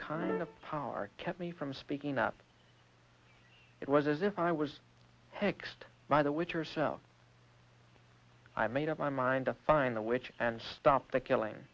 kind of power kept me from speaking up it was as if i was next by the witch yourself i made up my mind to find the witch and stop the killing